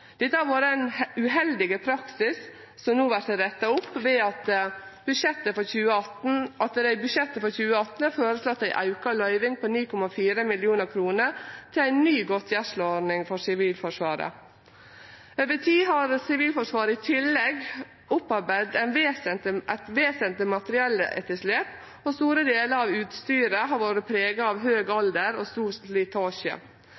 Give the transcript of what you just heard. Dette har vore ein uheldig praksis som no vert retta opp, ved at det i budsjettet for 2018 er føreslått ei auka løyving på 9,4 mill. kr til ny godtgjersleordning for Sivilforsvaret. Over tid har Sivilforsvaret i tillegg opparbeidd eit vesentleg materielletterslep, og store delar av utstyret har vore prega av høg